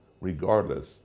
regardless